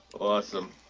awesome